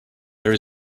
there